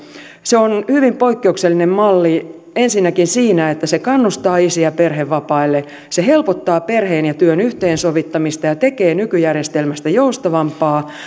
se on hyvin poikkeuksellinen malli ensinnäkin siinä että se kannustaa isiä perhevapaille se helpottaa perheen ja työn yhteensovittamista ja tekee nykyjärjestelmästä joustavamman